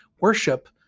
Worship